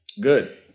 Good